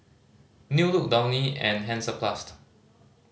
New Look Downy and Hansaplast